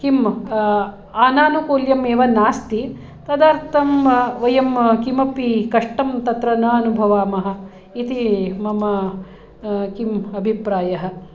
किम् अनानुकूल्यमेव नास्ति तदर्थं वयं किमपि कष्टं तत्र न अनुभवामः इति मम किम् अभिप्रायः